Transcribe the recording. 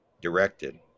directed